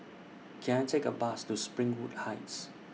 Can I Take A Bus to Springwood Heights